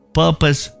purpose